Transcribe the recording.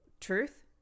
truth